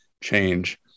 change